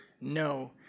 No